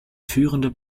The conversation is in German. führende